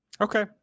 Okay